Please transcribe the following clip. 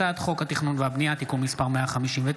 הצעת חוק התכנון והבנייה (תיקון מס' 159),